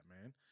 man